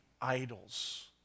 idols